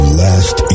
last